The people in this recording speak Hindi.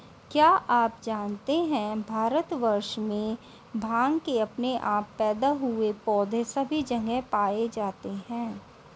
क्या आप जानते है भारतवर्ष में भांग के अपने आप पैदा हुए पौधे सभी जगह पाये जाते हैं?